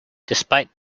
despite